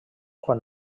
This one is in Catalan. quan